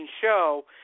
show